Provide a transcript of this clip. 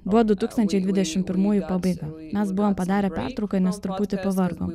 buvo du tūkstančiai dvidešim pirmųjų pabaiga mes buvom padarę pertrauką nes truputį pavargom